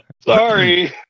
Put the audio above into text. Sorry